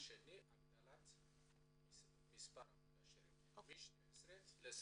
והשני הגדלת מספר המגשרים מ-12 ל-24.